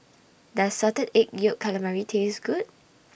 Does Salted Egg Yolk Calamari Taste Good